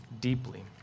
deeply